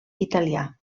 italià